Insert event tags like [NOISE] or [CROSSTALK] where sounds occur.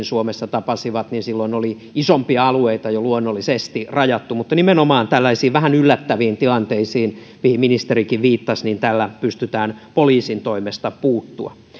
[UNINTELLIGIBLE] suomessa tapasivat silloin oli isompia alueita luonnollisesti jo rajattu mutta nimenomaan tällaisiin vähän yllättäviin tilanteisiin mihin ministerikin viittasi tällä pystytään poliisin toimesta puuttumaan